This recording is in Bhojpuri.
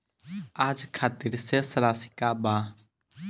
आज खातिर शेष राशि केतना बा?